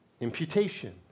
imputation